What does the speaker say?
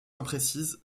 imprécise